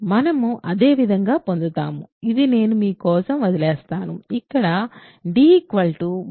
మనము అదే విధంగా పొందుతాము ఇది నేను మీ కోసం వదిలివేస్తాను ఇక్కడ d b a2b2